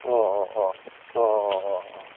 ꯑꯣꯑꯣꯑꯣ ꯑꯣꯑꯣꯑꯣꯑꯣ ꯑꯣ